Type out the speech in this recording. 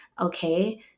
Okay